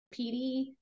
PD